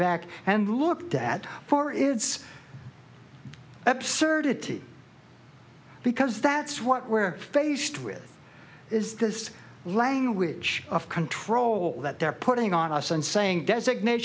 back and looked at for its absurdity because that's what we're faced with is this language of control that they're putting on us and saying designat